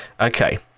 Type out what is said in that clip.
Okay